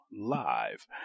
live